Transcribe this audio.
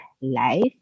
life